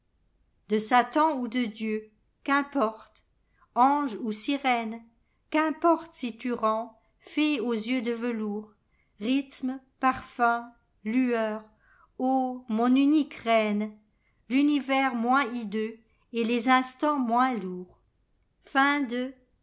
de satan ou de dieu qu'importe ange ou sirène qu'importe si tu rends fée aux yeux de velours rhythme parfum lueur ô mon unique reine l'univers moins hideux et les instants moins lourds